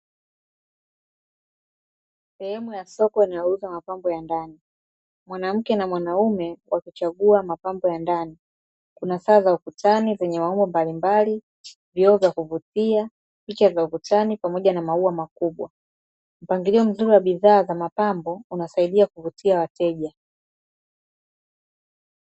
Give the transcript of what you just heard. Sehemu ya soko inayouza mapambo ya ndani. Mwanamke na mwanaume wakichagua mapambo ya ndani. Kuna saa za ukutani zenye maumbo mbalimbali, vioo vya kuvutia, picha za ukutani pamoja na maua makubwa. Mpangilio mzuri wa bidhaa za mapambo, unasaidia kuvutia wateja.